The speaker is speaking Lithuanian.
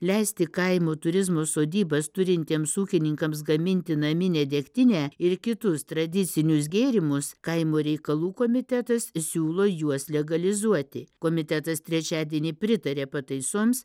leisti kaimo turizmo sodybas turintiems ūkininkams gaminti naminę degtinę ir kitus tradicinius gėrimus kaimo reikalų komitetas siūlo juos legalizuoti komitetas trečiadienį pritarė pataisoms